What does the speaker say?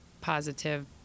positive